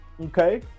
Okay